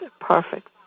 perfect